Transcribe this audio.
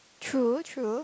true true